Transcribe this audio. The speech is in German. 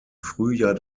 frühjahr